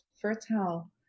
fertile